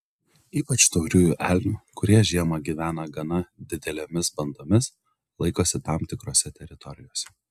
ypač tauriųjų elnių kurie žiemą gyvena gana didelėmis bandomis laikosi tam tikrose teritorijose